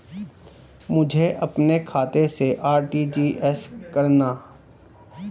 मुझे अपने खाते से आर.टी.जी.एस करना?